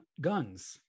guns